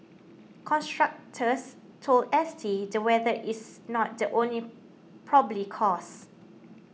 contractors told S T the weather is not the only probably cause